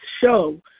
show